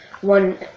one